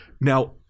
Now